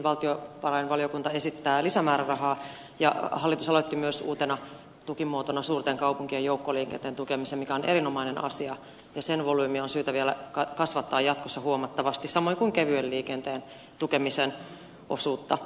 nytkin valtiovarainvaliokunta esittää lisämäärärahaa ja hallitus aloitti myös uutena tukimuotona suurten kaupunkien joukkoliikenteen tukemisen mikä on erinomainen asia ja sen volyymiä on syytä vielä kasvattaa jatkossa huomattavasti samoin kuin kevyen liikenteen tukemisen osuutta